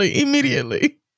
immediately